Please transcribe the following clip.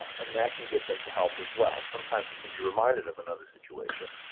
and that can get them to help as well. sometimes you can be reminded of another situation.